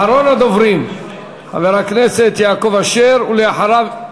אחרון הדוברים, חבר הכנסת יעקב אשר, ואחריו,